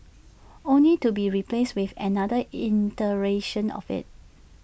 only to be replaced with another iteration of IT